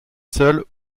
seul